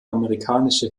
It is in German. amerikanische